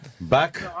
Back